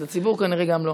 אז גם הציבור כנראה לא.